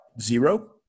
zero